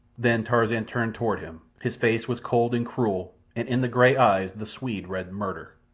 then tarzan turned toward him. his face was cold and cruel, and in the grey eyes the swede read murder.